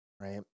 right